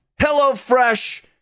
HelloFresh